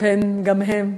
פן גם הם יירצחו.